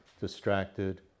distracted